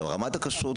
לגבי רמת הכשרות,